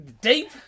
deep